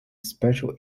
special